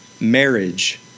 marriage